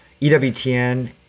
EWTN